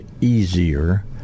easier